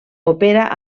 opera